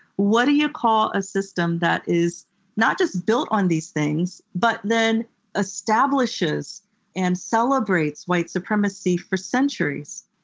what do you call a system that is not just built on these things, but then establishes and celebrates white supremacy for centuries,